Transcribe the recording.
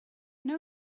know